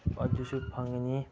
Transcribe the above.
ꯑꯗꯨꯁꯨ ꯐꯪꯂꯅꯤ